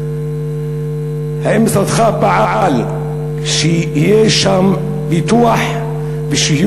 האם משרדך פעל שיהיה שם פיתוח והם